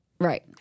Right